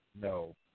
no